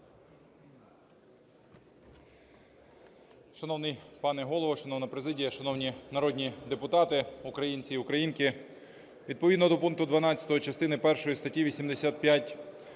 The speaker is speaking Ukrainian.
Шановний пане Голово, шановна президія, шановні народні депутати, українці і українки! Відповідно до пункту 12 частини першої статті 85